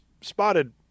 spotted